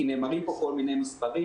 כי נאמרים פה כל מיני מספרים